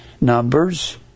Numbers